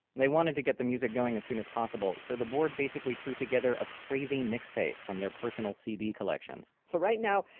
they wanted to get the music going as soon as possible, so the board basically threw together a crazy mix tape from their personal cd collections so right now,